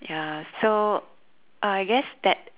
ya so I guess that